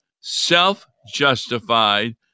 self-justified